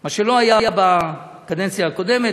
מה שלא היה בקדנציה הקודמת,